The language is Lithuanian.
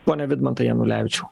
ponia vidmantai janulevičiau